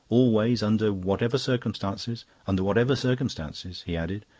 always, under whatever circumstances under whatever circumstances, he added,